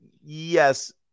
yes